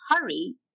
hurry